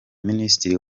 minisitiri